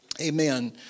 Amen